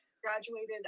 Graduated